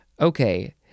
okay